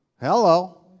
Hello